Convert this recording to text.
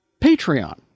Patreon